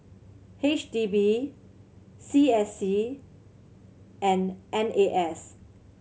H D B C S C and N A S